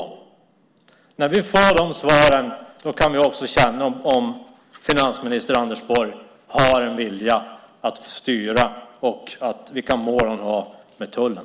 När vi får svar vet vi om finansminister Anders Borg har en vilja att styra - och vilka mål han har med tullen.